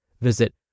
Visit